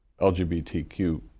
LGBTQ